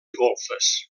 golfes